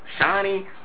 shiny